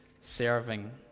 serving